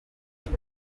hari